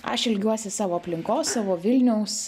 aš ilgiuosi savo aplinkos savo vilniaus